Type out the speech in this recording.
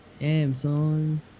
Amazon